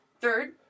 Third